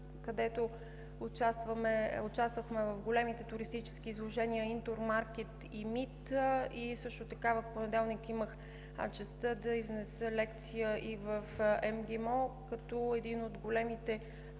където участвахме в големите туристически изложения „Интур Маркет“ и MITT. Също така в понеделник имах честта да изнеса лекция и в МГИМО като един от големите